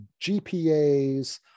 GPAs